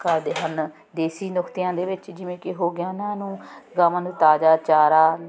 ਕਰਦੇ ਹਨ ਦੇਸੀ ਨੁਕਤਿਆਂ ਦੇ ਵਿੱਚ ਜਿਵੇਂ ਕਿ ਹੋ ਗਿਆ ਉਹਨਾਂ ਨੂੰ ਗਾਵਾਂ ਨੂੰ ਤਾਜ਼ਾ ਚਾਰਾ